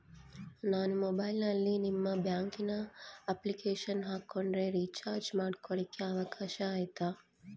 ನಾನು ಮೊಬೈಲಿನಲ್ಲಿ ನಿಮ್ಮ ಬ್ಯಾಂಕಿನ ಅಪ್ಲಿಕೇಶನ್ ಹಾಕೊಂಡ್ರೆ ರೇಚಾರ್ಜ್ ಮಾಡ್ಕೊಳಿಕ್ಕೇ ಅವಕಾಶ ಐತಾ?